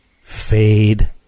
fade